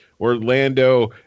Orlando